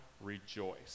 rejoice